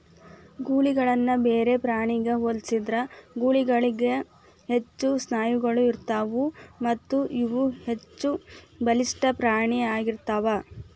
ಗೂಳಿಗಳನ್ನ ಬೇರೆ ಪ್ರಾಣಿಗ ಹೋಲಿಸಿದ್ರ ಗೂಳಿಗಳಿಗ ಹೆಚ್ಚು ಸ್ನಾಯುಗಳು ಇರತ್ತಾವು ಮತ್ತಇವು ಹೆಚ್ಚಬಲಿಷ್ಠ ಪ್ರಾಣಿ ಆಗಿರ್ತಾವ